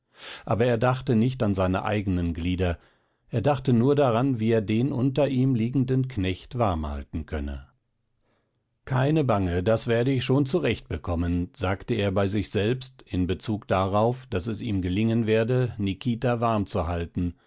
aber er dachte nicht an seine eigenen glieder er dachte nur daran wie er den unter ihm liegenden knecht warmhalten könne keine bange das werde ich schon zurechtbekommen sagte er bei sich selbst in bezug darauf daß es ihm gelingen werde nikita warmzuhalten mit